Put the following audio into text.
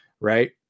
Right